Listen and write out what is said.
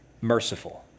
merciful